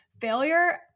failure